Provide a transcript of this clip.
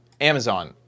Amazon